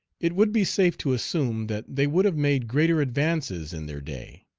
it would be safe to assume that they would have made greater advances in their day.